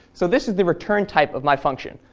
so this is the return type of my function.